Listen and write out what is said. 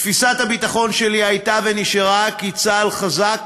תפיסת הביטחון שלי הייתה ונשארה כי צה"ל חזק